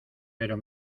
pero